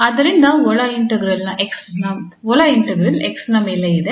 ಆದ್ದರಿಂದ ಒಳ ಇಂಟಿಗ್ರಾಲ್ 𝑥 ನ ಮೇಲೆ ಇದೆ